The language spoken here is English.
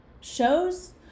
Shows